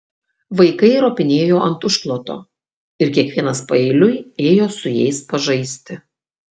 vaikai ropinėjo ant užkloto ir kiekvienas paeiliui ėjo su jais pažaisti